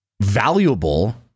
valuable